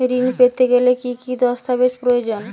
ঋণ পেতে গেলে কি কি দস্তাবেজ প্রয়োজন?